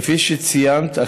כפי שציינת,